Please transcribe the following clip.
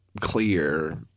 clear